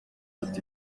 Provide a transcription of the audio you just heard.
ati